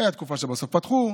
הייתה תקופה שבסוף פתחו,